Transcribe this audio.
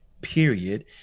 period